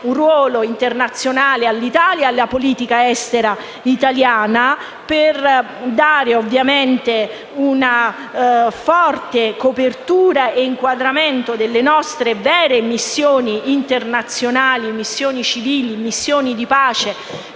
un ruolo internazionale all'Italia e alla politica estera italiana, per dare una forte copertura e un inquadramento alle nostre vere missioni internazionali, missioni civili e di pace,